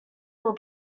will